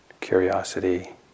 curiosity